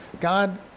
God